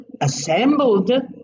assembled